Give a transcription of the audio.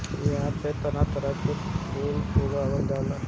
इहां पे तरह तरह के फूल उगावल जाला